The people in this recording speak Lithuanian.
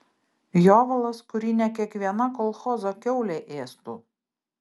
jovalas kurį ne kiekviena kolchozo kiaulė ėstų